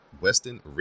Weston